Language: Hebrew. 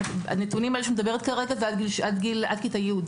הנתונים שאני מדברת עליהם כרגע הם עד כתה י';